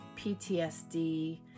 PTSD